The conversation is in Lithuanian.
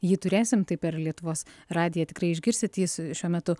jį turėsim tai per lietuvos radiją tikrai išgirsit jis šiuo metu